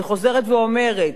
אני חוזרת ואומרת: